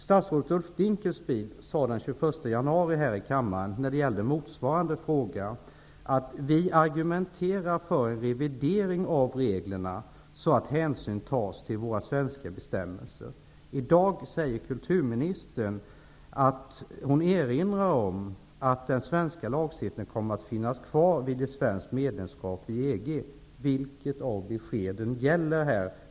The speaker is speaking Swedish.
Statsrådet Ulf Dinkelspiel sade den 21 januari här i kammaren när en liknande fråga diskuterades att ''vi argumenterar för revidering av reglerna, så att hänsyn tas till våra svenska bestämmelser''. I dag erinrar kulturministern om att den svenska lagstiftningen kommer att finnas kvar vid ett svenskt medlemskap i EG. Vilket av beskeden är det som gäller?